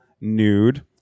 nude